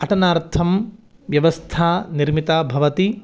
अटनार्थं व्यवस्था निर्मिता भवति